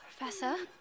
Professor